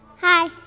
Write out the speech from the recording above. hi